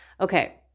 Okay